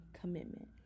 commitment